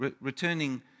Returning